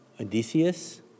Odysseus